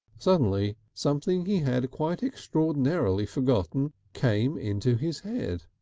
suddenly something he had quite extraordinarily forgotten came into his head.